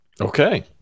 Okay